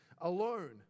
Alone